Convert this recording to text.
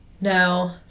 No